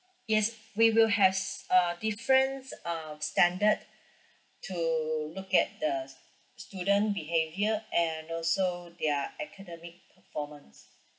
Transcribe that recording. yes we will has uh difference uh standard to look at the student behaviour and also their academic performance